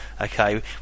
Okay